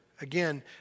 again